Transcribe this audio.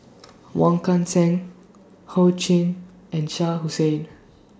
Wong Kan Seng Ho Ching and Shah Hussain